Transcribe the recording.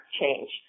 change